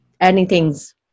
anything's